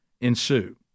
ensue